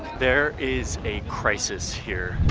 there is a crisis here.